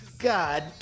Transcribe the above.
God